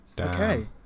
Okay